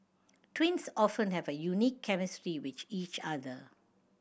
twins often have a unique chemistry which each other